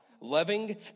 loving